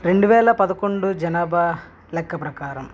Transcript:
రెండు వేల పదకొండు జనాభా లెక్క ప్రకారం